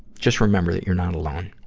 just remember that you're not alone.